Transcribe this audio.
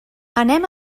anem